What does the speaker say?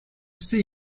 see